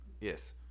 Yes